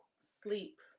sleep